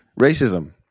Racism